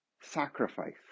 sacrifice